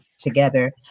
together